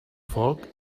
foc